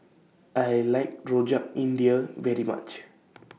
I like Rojak India very much